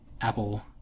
Apple